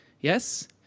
Yes